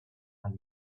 and